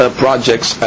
projects